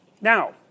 now